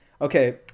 okay